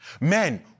Men